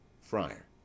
Friar